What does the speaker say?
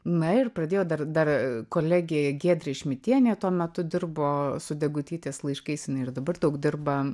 na ir pradėjo dar dar kolegė giedrė šmitienė tuo metu dirbo su degutytės laiškais ir dabar daug dirba